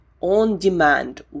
on-demand